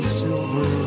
silver